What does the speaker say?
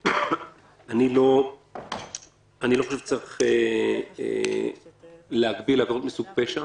אני לא חושב שצריך להגביל עבירות מסוג פשע,